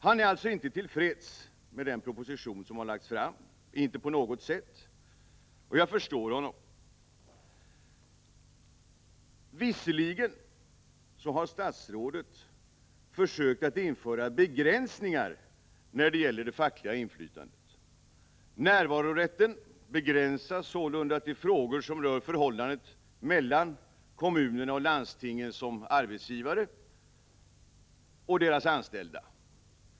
Han är alltså inte på något sätt till freds med den proposition som har lagts fram, och jag förstår honom. Visserligen har statsrådet försökt att införa begränsningar när det gäller det fackliga inflytandet. Närvarorätten begränsas sålunda till frågor som rör förhållandet mellan kommunerna och landstingen som arbetsgivare och deras anställda.